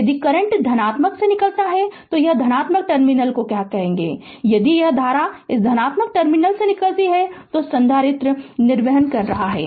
यदि करंट धनात्मक से निकलता है तो उस धनात्मक टर्मिनल को क्या कहते हैं यदि यह धारा इस धनात्मक टर्मिनल से निकलती है तो संधारित्र निर्वहन कर रहा है